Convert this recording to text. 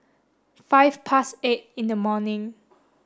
five past eight in the morning